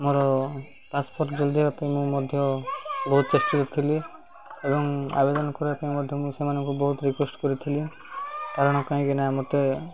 ମୋର ପାସ୍ପୋର୍ଟ ଜଲ୍ଦି ପାଇଁ ମୁଁ ମଧ୍ୟ ବହୁତ ଚେଷ୍ଟିତ ଥିଲି ଏବଂ ଆବେଦନ କରିବା ପାଇଁ ମଧ୍ୟ ମୁଁ ସେମାନଙ୍କୁ ବହୁତ ରିିକ୍ୱେଷ୍ଟ କରିଥିଲି କାରଣ କାହିଁକିନା ମୋତେ